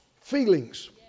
feelings